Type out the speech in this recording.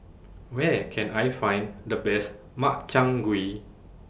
Where Can I Find The Best Makchang Gui